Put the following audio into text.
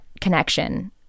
connection